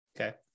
okay